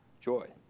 joy